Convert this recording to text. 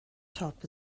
top